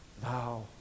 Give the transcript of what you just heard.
thou